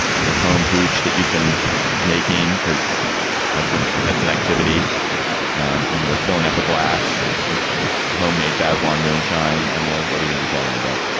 your home hooch that you've been making. because that's an that's an activity when you're filling up a glass of homemade basil on moonshine. emily. what are you gonna be chattering about?